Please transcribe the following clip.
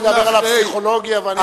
אתה מדבר על הפסיכולוגיה ואני,